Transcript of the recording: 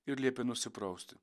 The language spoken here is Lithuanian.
ir liepė nusiprausti